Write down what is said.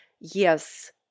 Yes